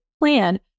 plan